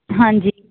ਹਾਂਜੀ